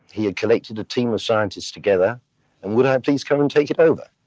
he had collected a team of scientists together, and would i please come and take it over?